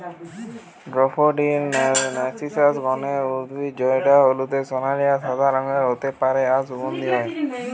daffodil narcissus গণের উদ্ভিদ জউটা হলদে সোনালী আর সাদা রঙের হতে পারে আর সুগন্ধি হয়